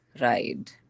ride